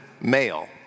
male